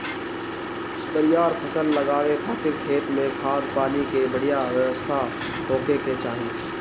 बरियार फसल लगावे खातिर खेत में खाद, पानी के बढ़िया व्यवस्था होखे के चाही